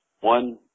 one